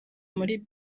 muri